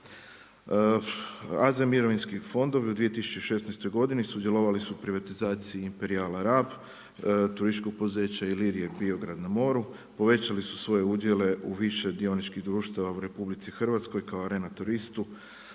AZ mirovinski fondovi u 2016. godini sudjelovali su u privatizaciji Imepriala Rab turističko poduzeće Ilirija, Biograd na Moru, povećali su svoje udjele u više dioničkih društava u RH kao Arena turistu,